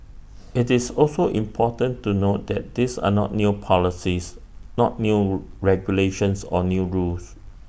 IT is also important to note that these are not new policies not new regulations or new rules